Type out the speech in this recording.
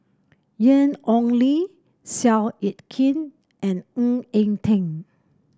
Ian Ong Li Seow Yit Kin and Ng Eng Teng